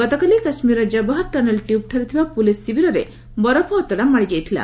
ଗତକାଲି କାଶ୍ମୀରର ଜବାହାର ଟନେଲ୍ ଟ୍ୟୁବ୍ଠାରେ ଥିବା ପୁଲିସ୍ ଶିବିରରେ ବରଫ ଅତଡ଼ା ମାଡ଼ିଯାଇଥିଲା